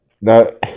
No